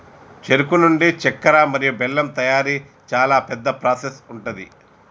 చెరుకు నుండి చెక్కర మరియు బెల్లం తయారీ చాలా పెద్ద ప్రాసెస్ ఉంటది